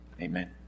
Amen